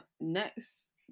Next